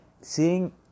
seeing